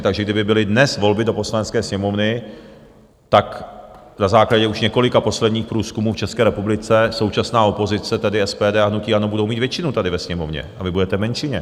Takže kdyby byly dnes volby do Poslanecké sněmovny, tak na základě už několika posledních průzkumů v České republice současná opozice, tedy SPD a hnutí ANO, budou mít většinu tady ve Sněmovně a vy budete v menšině.